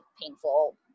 painful